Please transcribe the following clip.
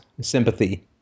sympathy